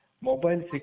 Mobile